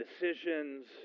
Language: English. decisions